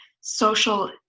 social